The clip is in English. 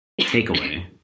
takeaway